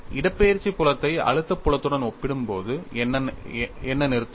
இடப்பெயர்ச்சி புலத்தை அழுத்த புலத்துடன் ஒப்பிடும்போது என்ன நிறுத்தம்